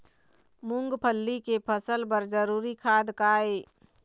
मूंगफली के फसल बर जरूरी खाद का ये?